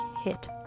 hit